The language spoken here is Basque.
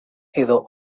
edo